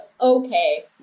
okay